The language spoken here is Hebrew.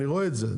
אני רואה את זה,